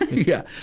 yeah.